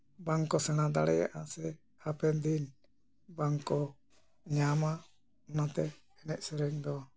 ᱵᱟᱝᱠᱚ ᱥᱮᱬᱟ ᱫᱟᱲᱮᱭᱟᱜᱼᱟ ᱥᱮ ᱦᱟᱯᱮᱱ ᱫᱤᱱ ᱵᱟᱝᱠᱚ ᱧᱟᱢᱟ ᱚᱱᱟᱛᱮ ᱮᱱᱮᱡ ᱥᱮᱨᱮᱧ ᱫᱚ